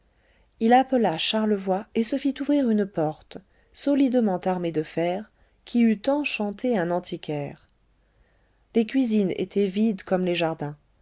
il appela charlevoy et se fit ouvrir une porte solidement armée de fer qui eût enchanté un antiquaire les cuisines étaient vides comme les jardins